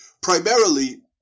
primarily